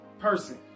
person